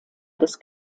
des